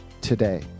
today